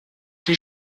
die